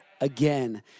again